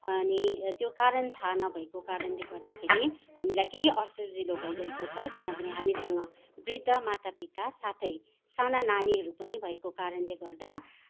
अनि त्यो कारण थाहा नभएको कारणले गर्दाखेरि हामीलाई केही असजिलो भइरहेको छ किनभने हामीसँग वृद्ध माता पिता साथै साना नानीहरू पनि भएको कारणले गर्दा